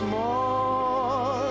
more